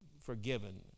forgiven